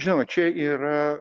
žinoma čia yra